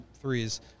threes